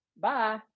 Bye